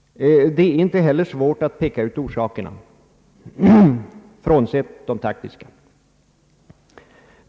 Det är inte heller svårt att peka ut orsakerna — frånsett de taktiska.